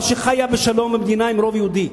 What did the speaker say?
אבל שחיה בשלום במדינה עם רוב יהודי,